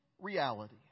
reality